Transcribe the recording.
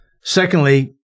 Secondly